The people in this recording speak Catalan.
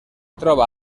troba